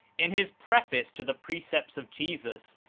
in his preface to the precepts of jesus,